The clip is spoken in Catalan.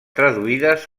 traduïdes